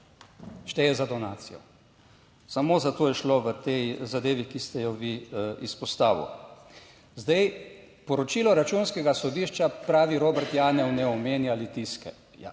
šteje za donacijo. Samo za to je šlo v tej zadevi, ki ste jo vi izpostavil. Zdaj, poročilo Računskega sodišča pravi, Robert Janev, ne omenja Litijske,